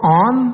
on